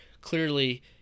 Clearly